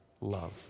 love